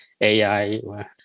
AI